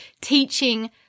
teaching